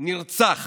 נרצח